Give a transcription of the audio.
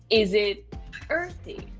is it earthy?